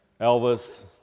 Elvis